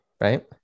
right